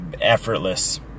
effortless